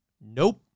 nope